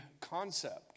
concept